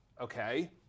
okay